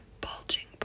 bulging